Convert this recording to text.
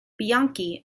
bianchi